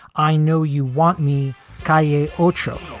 i know you want me k a. otro